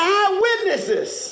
eyewitnesses